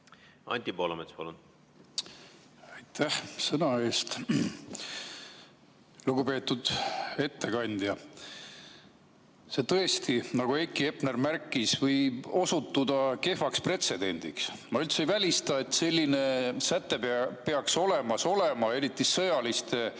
Aitäh sõna andmise eest! Lugupeetud ettekandja! See tõesti, nagu Heiki Hepner märkis, võib osutuda kehvaks pretsedendiks. Ma üldse ei välista, et selline säte peaks olemas olema, eriti sõjaliste,